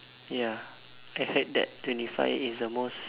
ya I heard that twenty five is the most